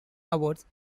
awards